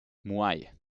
muay